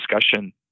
discussion